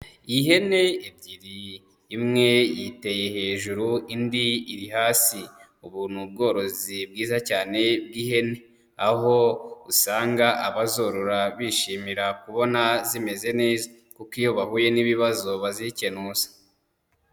Ihene ebyiri imwe yiteye hejuru indi iri hasi, ubu ni ubworozi bwiza cyane bw'ihene aho usanga abazorora bishimira kubona zimeze kuko iyo bahuye n'ibibazo bazikenuza.